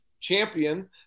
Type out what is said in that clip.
champion